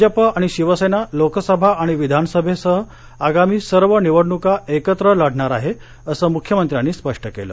भाजप आणि शिवसेना लोकसभा आणि विधानसभेसह आगामी सर्व निवडणुका एकत्र लढणार आहे असं मुख्यमंत्र्यांनी स्पष्ट केलं